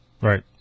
Right